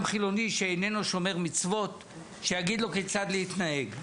חילוני שאיננו שומר מצוות כיצד להתנהג.